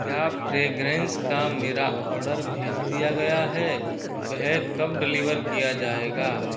क्या फ्रेग्रेन्स का मेरा ऑर्डर भेज दिया गया है वह कब डिलीवर किया जाएगा